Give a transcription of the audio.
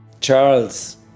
Charles